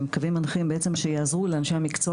שהם קווים מנחים בעצם שיעזרו לאנשי המקצוע